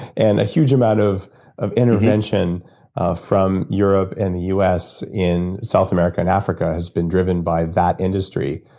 and a huge amount of of intervention ah from europe and us in south america and africa has been driven by that industry.